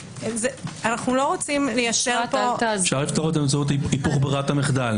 אפשר לפתור את זה באמצעות היפוך ברירת המחדל